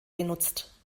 genutzt